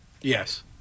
Yes